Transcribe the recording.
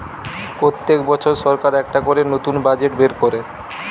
পোত্তেক বছর সরকার একটা করে নতুন বাজেট বের কোরে